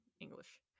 English